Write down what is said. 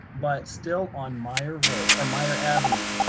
but still on meyer row or meyer avenue.